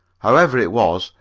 however it was,